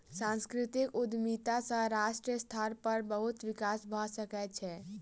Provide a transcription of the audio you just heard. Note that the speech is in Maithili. सांस्कृतिक उद्यमिता सॅ राष्ट्रीय स्तर पर बहुत विकास भ सकै छै